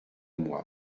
moi